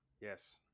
Yes